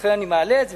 ולכן אני מעלה את זה.